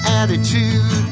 attitude